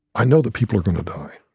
i know that people are going to die.